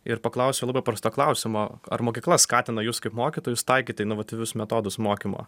ir paklausiau labai paprasto klausimo ar mokykla skatina jus kaip mokytojus taikyti inovatyvius metodus mokymo